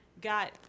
got